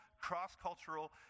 cross-cultural